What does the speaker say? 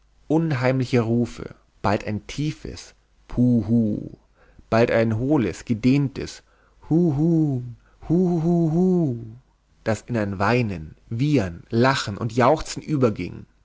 unheimliche rufe bald ein tiefes pu hu bald ein hohles gedehntes hu hu hu hu huu das in ein weinen wiehern lachen und jauchzen überging